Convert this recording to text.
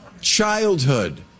childhood